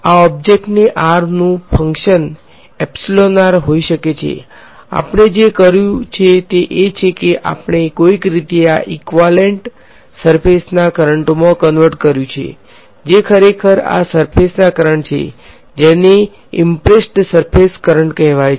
આ ઑબ્જેક્ટને નુ ફંક્શન હોઈ શકે છે આપણે જે કર્યું છે તે એ છે કે આપણે કોઈક રીતે આ ઈક્વાલેંટ સર્ફેસના કરંટોમા કંવર્ટ કર્યું છે જે ખરેખર આ સર્ફેસના કરંટ છે જેને ઈમ્પ્રેસ્ડ સર્ફેસના કરંટ કહેવાય છે